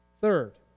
Third